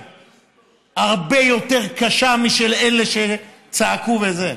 היא הרבה יותר קשה משל אלה שצעקו וזה,